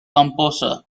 composer